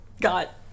got